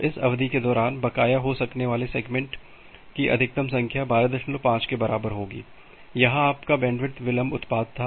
तो इस अवधि के दौरान बकाया हो सकने वाले सेगमेंट की अधिकतम संख्या 125 के बराबर है यह आपका बैंडविड्थ विलंब उत्पाद था